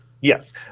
Yes